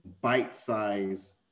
bite-sized